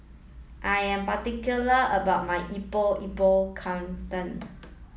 I am particular about my Epok Epok Kentang